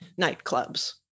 nightclubs